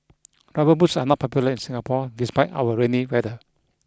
rubber boots are not popular in Singapore despite our rainy weather